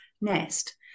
nest